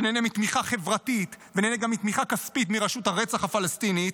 שנהנה מתמיכה חברתית ונהנה גם מתמיכה כספית מרשות הרצח הפלסטינית,